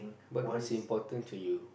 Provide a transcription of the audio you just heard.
but what's important to you